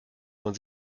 man